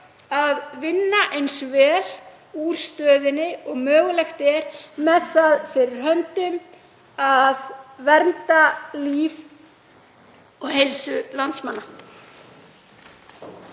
að vinna eins vel úr stöðunni og mögulegt er með það fyrir höndum að vernda líf og heilsu landsmanna.